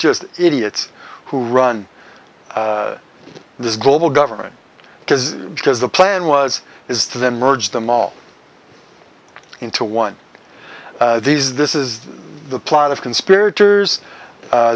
just idiots who run this global government because because the plan was is to then merge them all into one of these this is the plot of conspira